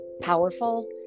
powerful